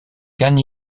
kan